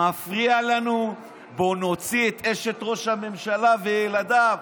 מפריע לנו, בואו נוציא את אשת ראש הממשלה וילדיו.